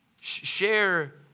share